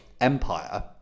empire